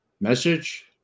Message